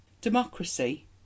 Democracy